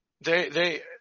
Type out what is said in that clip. they—they